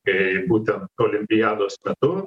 kai būtent olimpiados metu